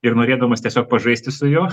ir norėdamas tiesiog pažaisti su juo